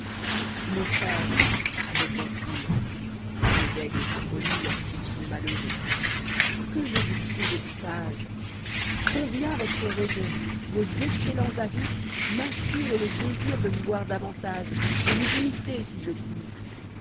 mon frère répond-il les aigles sont poli lorsqu'ils sont malheureux que je vous trouve ag combien votre raison vos excellents avis m'inspirent lé désir dé vous voir davantage ce vous imiter si je puis